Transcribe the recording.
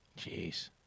jeez